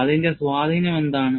അതിന്റെ സ്വാധീനം എന്താണ്